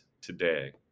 today